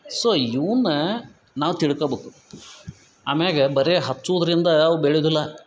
so ಇವನ್ನ ನಾವು ತಿಳ್ಕಬಕು ಆಮ್ಯಾಗ ಬರೇ ಹಚ್ಚುದರಿಂದ ಅವು ಬೆಳೆದುಲ್ಲ